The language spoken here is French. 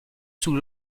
sous